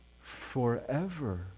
forever